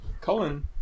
Colin